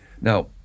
Now